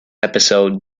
episode